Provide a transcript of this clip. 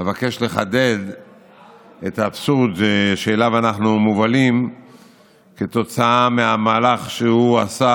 אבקש לחדד את האבסורד שאליו אנחנו מובלים כתוצאה מהמהלך שהוא עשה